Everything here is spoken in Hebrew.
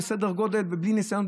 והוא בלי ניסיון,